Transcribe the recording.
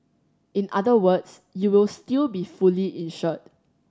in other words you will still be fully insured